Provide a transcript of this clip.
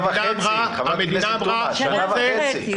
המדינה אמרה --- שנה וחצי,